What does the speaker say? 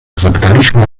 zapytaliśmy